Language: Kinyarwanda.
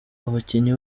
abakinnyi